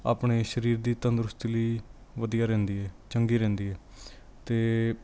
ਆਪਣੇ ਸਰੀਰ ਦੀ ਤੰਦਰੁਸਤੀ ਲਈ ਵਧੀਆ ਰਹਿੰਦੀ ਹੈ ਚੰਗੀ ਰਹਿੰਦੀ ਹੈ ਅਤੇ